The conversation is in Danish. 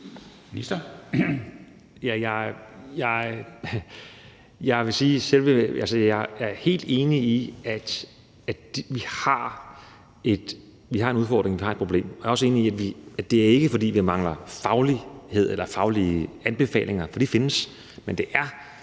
jeg er helt enig i, at vi har en udfordring, vi har et problem. Jeg er også enig i, at det ikke er, fordi vi mangler faglighed eller faglige anbefalinger, for de findes; men det